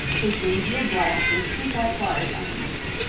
his wings were black with two white bars on each.